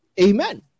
Amen